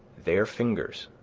their fingers,